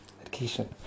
education